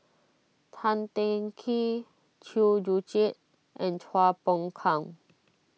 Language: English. Tan Teng Kee Chew Joo Chiat and Chua Phung Kang